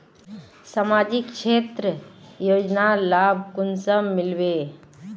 सामाजिक क्षेत्र योजनार लाभ कुंसम मिलबे?